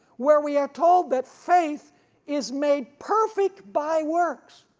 where we are told that faith is made perfect by works.